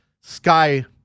sky